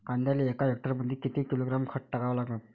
कांद्याले एका हेक्टरमंदी किती किलोग्रॅम खत टाकावं लागन?